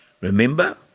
Remember